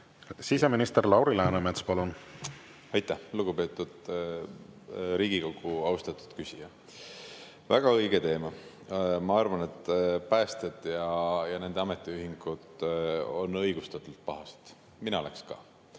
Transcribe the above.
Siseminister Lauri Läänemets, palun! Aitäh! Lugupeetud Riigikogu! Austatud küsija! Väga õige teema. Ma arvan, et päästjad ja nende ametiühingud on õigustatult pahased, mina oleks ka.